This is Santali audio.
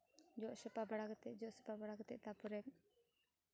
ᱡᱚᱜ ᱥᱟᱯᱷᱟ ᱵᱟᱲᱟ ᱠᱟᱛᱮ ᱡᱚᱜ ᱥᱟᱯᱷᱟ ᱵᱟᱲᱟ ᱠᱟᱛᱮ ᱛᱟᱨᱯᱚᱨᱮ